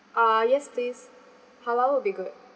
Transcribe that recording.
ah yes please halal will be good